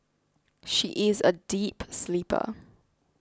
she is a deep sleeper